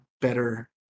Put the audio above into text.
better